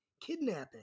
kidnapping